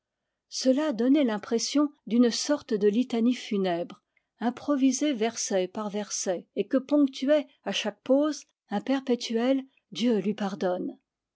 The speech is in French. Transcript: cela donnait l'impression d'une sorte de litanie funèbre improvisée verset par verset et que ponctuait à chaque pause un perpétuel dieu lui pardonne